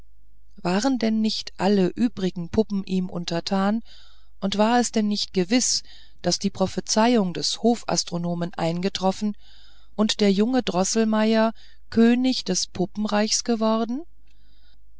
waren denn nicht alle übrigen puppen ihm untertan und war es denn nicht gewiß daß die prophezeiung des hofastronomen eingetroffen und der junge droßelmeier könig des puppenreichs geworden